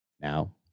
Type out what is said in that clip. Now